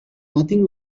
nothing